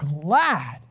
glad